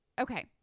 Okay